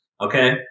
okay